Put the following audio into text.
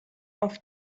off